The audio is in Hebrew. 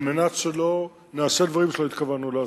כדי שלא נעשה דברים שלא התכוונו לעשות.